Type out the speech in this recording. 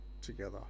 together